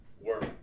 work